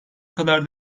kadar